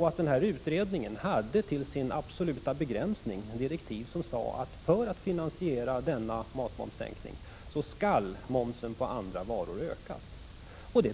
Matmomsutredningen hade som sin absoluta begränsning direktiv som sade att för att finansiera matmomssänkningen skulle momsen på andra varor ökas.